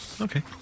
Okay